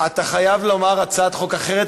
אתה חייב לומר הצעת חוק אחרת,